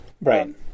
right